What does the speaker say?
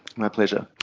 my pleasure.